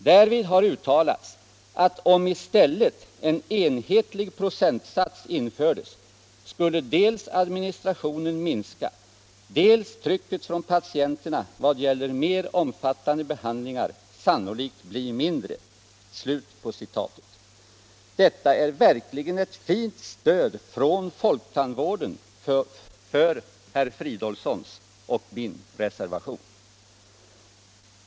Därvid har uttalats att om i stället en enhetlig procentsats infördes, skulle dels administrationen minska, dels trycket från patienterna vad gäller mer omfattande behandlingar sannolikt bli mindre.” Detta är verkligen ett fint stöd från folktandvården för herr Fridolfssons. och min reservation.